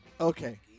Okay